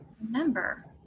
remember